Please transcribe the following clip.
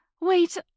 wait